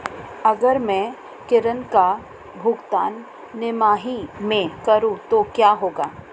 अगर मैं किश्त का भुगतान तिमाही में करूं तो क्या होगा?